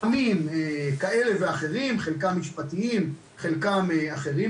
נתונים כאלה ואחרים, חלקם משפטיים, חלקם אחרים.